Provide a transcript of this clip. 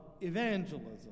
evangelism